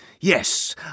Yes